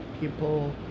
people